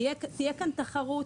תהיה כאן תחרות,